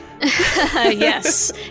yes